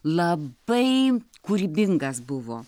labai kūrybingas buvo